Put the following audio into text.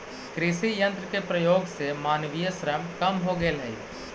कृषि यन्त्र के प्रयोग से मानवीय श्रम कम हो गेल हई